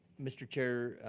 mr. chair,